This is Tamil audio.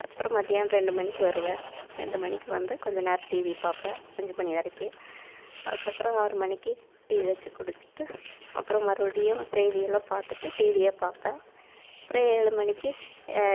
அதுக்கப்புறம் மதியானம் ரெண்டு மணிக்கு வருவேன் ரெண்டு மணிக்கு வந்து கொஞ்ச நேரம் டிவி பார்ப்பேன் அஞ்சு மணி வரைக்கு அதுக்கப்புறம் ஆறு மணிக்கு டீ வச்சு குடிச்சிட்டு அப்புறம் மறுபடியும் செய்தியெல்லாம் பார்த்துட்டு டிவியை பார்ப்பேன் அப்புறோம் ஏழு மணிக்கு